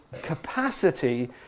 capacity